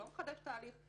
לא מחדש את ההליך.